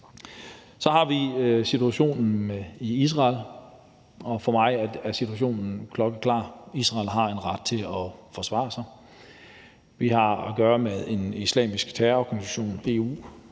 Så har vi situationen i Israel, og for mig er situationen klokkeklar: Israel har en ret til at forsvare sig. Vi har at gøre med en islamisk terrororganisation. EU